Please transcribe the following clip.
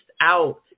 out